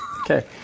Okay